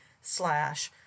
slash